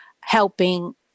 helping